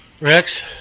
Rex